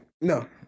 No